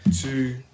two